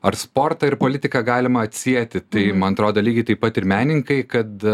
ar sportą ir politiką galima atsieti tai man atrodo lygiai taip pat ir menininkai kad